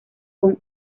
con